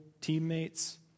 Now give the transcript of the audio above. teammates